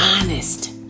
honest